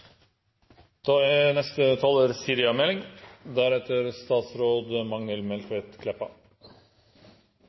Da er neste taler